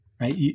right